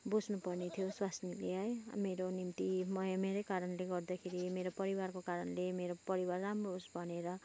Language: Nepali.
बुझ्नुपर्ने थियो स्वास्नीले है मेरो निम्ति म मेरै कारणले गर्दाखेरि मेरो परिवारको कारणले मेरो परिवार राम्रो होस् भनेर